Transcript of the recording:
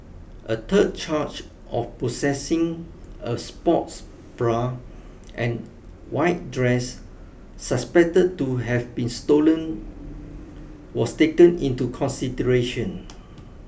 a third charge of possessing a sports bra and white dress suspected to have been stolen was taken into consideration